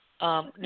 No